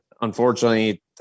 unfortunately